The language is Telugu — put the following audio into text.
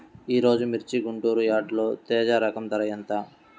ఈరోజు మిర్చి గుంటూరు యార్డులో తేజ రకం ధర ఎంత?